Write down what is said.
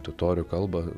totorių kalbą